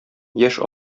яшь